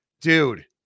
Dude